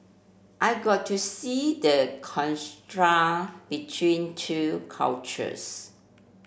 I got to see the between two cultures